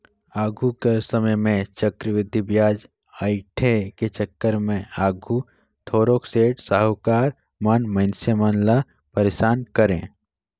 आघु के समे में चक्रबृद्धि बियाज अंइठे के चक्कर में आघु थारोक सेठ, साहुकार मन मइनसे मन ल पइरसान करें